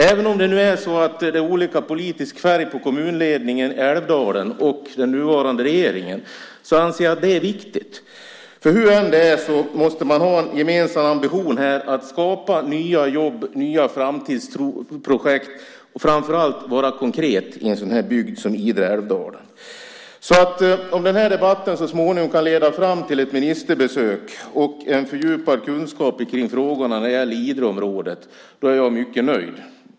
Även om det nu är olika politisk färg på kommunledningen i Älvdalen och den nuvarande regeringen anser jag att det är viktigt. Hur det än är måste man ha en gemensam ambition att skapa nya jobb och nya framtidsprojekt och framför allt vara konkret i en bygd som Idre-Älvdalen. Om debatten så småningom kan leda fram till ett ministerbesök och en fördjupad kunskap om Idreområdet är jag mycket nöjd.